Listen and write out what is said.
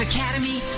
Academy